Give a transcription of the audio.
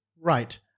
right